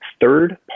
third